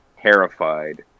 terrified